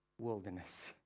wilderness